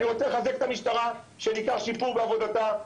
אני רוצה לחזק את המשטרה שניכר שיפור בעבודתה,